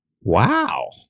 Wow